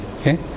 okay